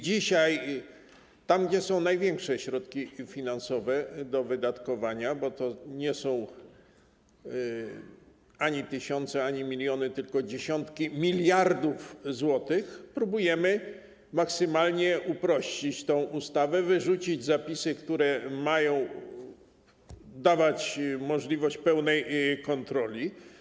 Dzisiaj, gdy są największe środki finansowe do wydatkowania, bo to nie są ani tysiące, ani miliony, tylko dziesiątki miliardów złotych, próbujemy maksymalnie uprościć tę ustawę, wyrzucić zapisy, które mają dawać możliwość pełnej kontroli.